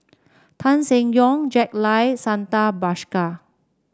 Tan Seng Yong Jack Lai Santha Bhaskar